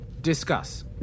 Discuss